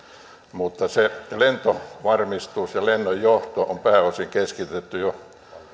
mutta se lentovarmistus ja lennonjohto on pääosin keskitetty jo